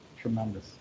tremendous